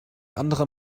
andere